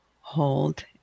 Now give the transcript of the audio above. hold